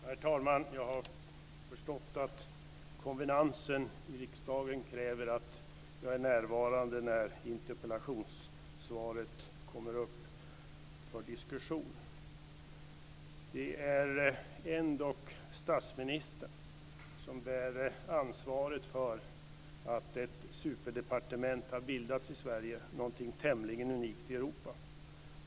Herr talman! Jag har förstått att konvenansen i riksdagen kräver att jag är närvarande när interpellationssvaret kommer upp för diskussion. Det är ändock statsministern som bär ansvaret för att ett superdepartement har bildats i Sverige, någonting tämligen unikt i Europa.